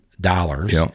dollars